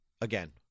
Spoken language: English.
Again